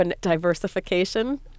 diversification